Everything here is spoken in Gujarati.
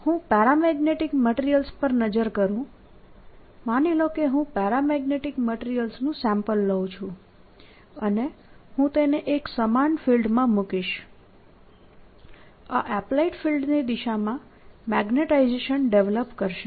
હું પેરામેગ્નેટીક મટીરીયલ્સ પર નજર કરું માની લો કે હું પેરામેગ્નેટીક મટીરીયલનું સેમ્પલ લઉં છું અને હું તેને એક સમાન ફિલ્ડમાં મૂકીશ આ એપ્લાઇડ ફિલ્ડની દિશામાં મેગ્નેટાઇઝેશન ડેવેલપ કરશે